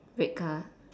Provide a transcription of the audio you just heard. red car